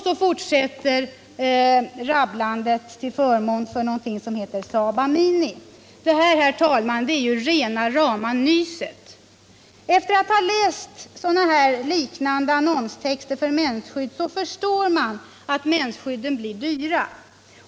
" Så fortsätter rabblandet för någonting som heter Saba Mini. Det här, herr talman, är rena rama nyset. Efter att ha läst liknande annonstexter för mensskydd förstår man att mensskydden blir dyra.